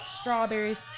strawberries